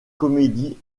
comédies